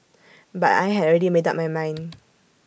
but I had already made up my mind